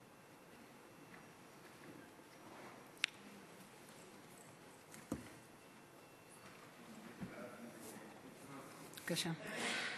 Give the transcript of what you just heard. בבקשה.